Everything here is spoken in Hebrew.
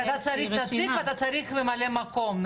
כי אתה צריך נציג ואתה צריך ממלא מקום.